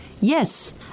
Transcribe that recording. Yes